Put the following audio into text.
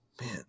Man